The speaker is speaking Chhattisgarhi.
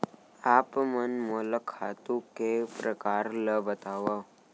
आप मन मोला खातू के प्रकार ल बतावव?